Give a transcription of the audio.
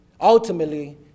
ultimately